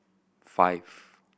five